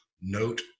Note